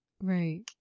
Right